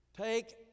take